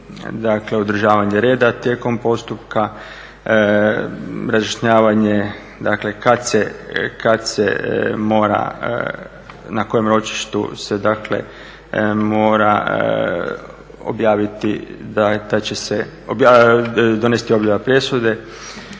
dakle održavanje reda tijekom postupka, razjašnjavanje dakle kad se mora na kojem ročištu se dakle mora objaviti da će se donijeti objava presude.